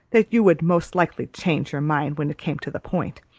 that you would most likely change your mind when it came to the point.